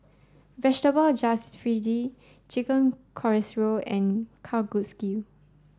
Vegetable Jalfrezi Chicken Casserole and Kalguksu